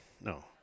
no